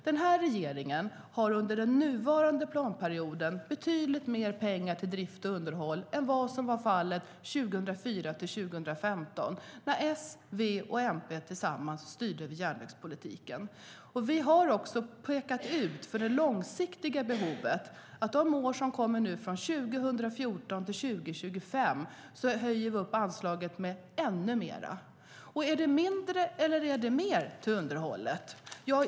Den här regeringen har under den nuvarande planperioden betydligt mer pengar till drift och underhåll än vad som var fallet 2004-2005, när S, V och MP tillsammans styrde över järnvägspolitiken. Vi har också för det långsiktiga behovet pekat ut att de år som nu kommer, från 2014 till 2025, höjer vi anslaget ännu mer. Är det då mindre eller mer till underhållet?